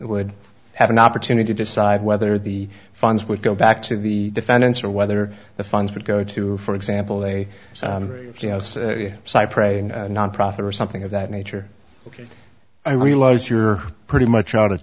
would have an opportunity to decide whether the funds would go back to the defendants or whether the funds would go to for example a cypre nonprofit or something of that nature ok i realize you're pretty much out of